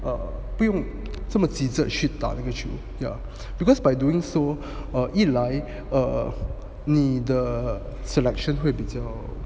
err 不用这么急着去打那个球 yeah because by doing so err 一来 err 你的 selection 会比较